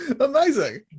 Amazing